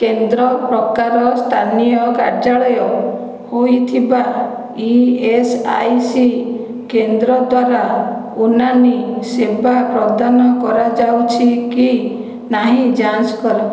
କେନ୍ଦ୍ର ପ୍ରକାର ସ୍ଥାନୀୟ କାର୍ଯ୍ୟାଳୟ ହୋଇଥିବା ଇ ଏସ୍ ଆଇ ସି କେନ୍ଦ୍ର ଦ୍ୱାରା ଉନ୍ନାନି ସେବା ପ୍ରଦାନ କରାଯାଉଛି କି ନାହିଁ ଯାଞ୍ଚ କର